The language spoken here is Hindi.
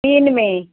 तीन में